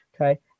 okay